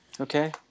Okay